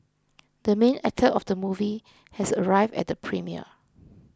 the main actor of the movie has arrived at the premiere